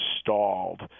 stalled